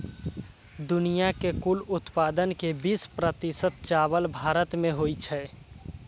दुनिया के कुल उत्पादन के बीस प्रतिशत चावल भारत मे होइ छै